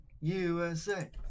USA